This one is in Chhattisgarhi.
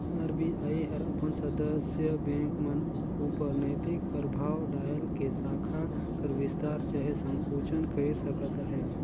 आर.बी.आई हर अपन सदस्य बेंक मन उपर नैतिक परभाव डाएल के साखा कर बिस्तार चहे संकुचन कइर सकत अहे